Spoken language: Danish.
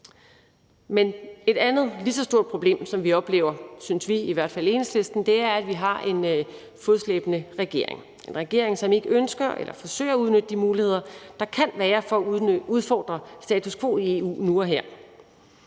Men et andet lige så stort problem, som vi oplever, synes vi i hvert fald i Enhedslisten, er, at vi har en fodslæbende regering; en regering, som ikke ønsker eller forsøger at udnytte de muligheder, der kan være for at udfordre status quo i EU nu og her.